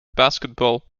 basketball